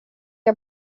jag